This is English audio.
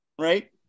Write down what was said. right